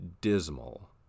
dismal